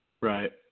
Right